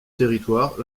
territoire